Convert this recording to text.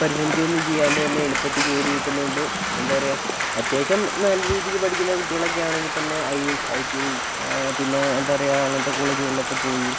പരിശ്രമിക്കുകയൊന്നും ചെയ്യാണ്ട് തന്നെ എളുപ്പത്തിൽ ജോലി കിട്ടുന്നത് കൊണ്ട് എന്താ പറയുക അത്യാവശ്യം നല്ല രീതിയില് പഠിക്കുന്ന കുട്ടികളൊക്കെ ആണെങ്കിൽ തന്നെ I I T I T I പിന്നെ എന്താ പറയുക അങ്ങനത്തെ കോളേജുകളിലൊക്കെ പോയി